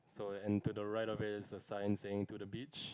so and to the right of it's a sign saying to the beach